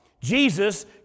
Jesus